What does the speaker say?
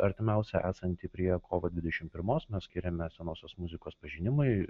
artimiausią esantį prie kovo dvidešimt pirmos mes skiriame senosios muzikos pažinimui